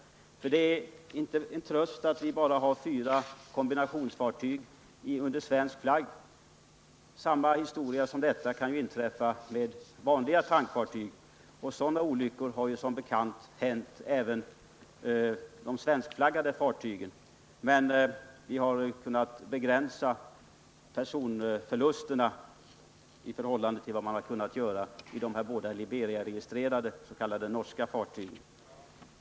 Det är ingen tröst att vi bara har fyra kombinationsfartyg under svensk flagg. Samma historia som denna kan inträffa med vanliga tankfartyg — och sådana olyckor har som bekant hänt även med svenskflaggade fartyg, men vi har kunnat begränsa personförlusterna i förhållande till vad man kunnat göra i de fall som gällt de här båda Liberiaregistrerade, s.k. norska, fartygen.